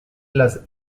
las